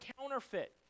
counterfeit